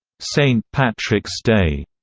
st. patrick's day,